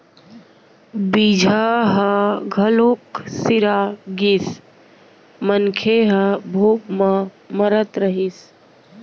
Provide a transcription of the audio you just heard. बीजहा ह घलोक सिरा गिस, मनखे ह भूख म मरत रहिस